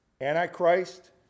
Antichrist